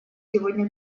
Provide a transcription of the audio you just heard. сегодня